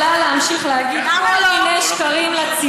את יכולה להמשיך להגיד כל מיני שקרים לציבור.